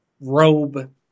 robe